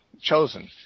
chosen